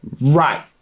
Right